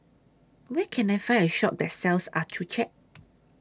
Where Can I Find A Shop that sells Accucheck